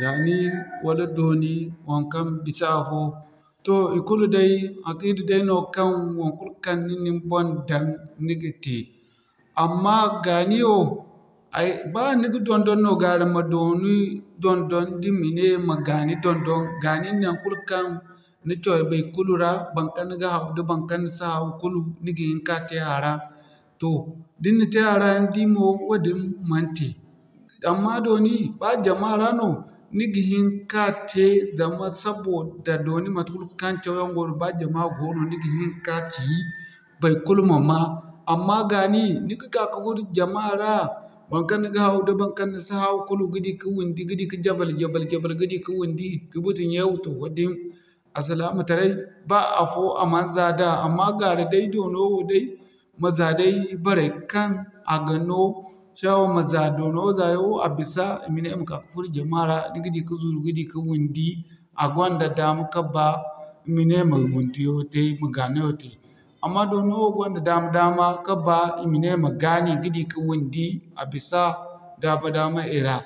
Gaani wala dooni, waŋkaŋ bisa afo. Toh i kulu akiida dayno kaŋ, waŋkul kaŋ ni na ni boŋ daŋ ni ga te. Amma gaani wo, ba ni ga dondon no gaara ma dooni dondon da i ma ne ma gaani dondon. Gaani naŋ kulu kaŋ ni coro baykulu ra baŋkaŋ ni ga hawu da baŋkaŋ ni si hawu kulu ni ga hini ka te a ra. Da ni na te a ra ni di mo wadin man te. Amma dooni, ba jama ra no ni ga hini ka te zama sabida dooni mate kul kaŋ caw yaŋ go no ba jama goono no ni ga hin ka ci, baikulu ma'ma. Amma gaani, ni ga ka'ka furo jama ra baŋkaŋ ni ga hawu da baŋkaŋ ni si hawu kulu ga di k'a wundi ga di ka jabal-jabal ga di ka wundi ka bute ɲewu, toh wadin alsilaama taray ba afo a man za da. Gaara day doono wo day, ma za day i baray kaŋ a gano shawa ma za doono za yaŋ wo a bisa i ma ne ma ka ka furo jama ra ni ga di ka zuru ga di ka wundi a gonda daama ka ba i ma ne ma wundiyo te, ma gaani wo te. Amma dooni wo gonda daama-daama ka baa i ma ne ma gaani ka dira ka wundi a bisa daama-daama i ra.